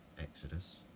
Exodus